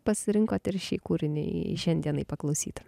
pasirinkot ir šį kūrinį šiandienai paklausyt